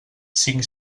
cinc